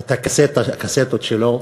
את הקסטות שלו.